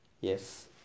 Yes